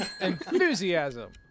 Enthusiasm